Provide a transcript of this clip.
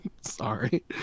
Sorry